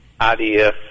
IDF